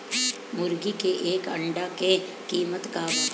मुर्गी के एक अंडा के कीमत का बा?